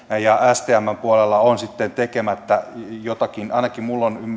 stmn puolella on sitten tekemättä jotakin ainakin minulla on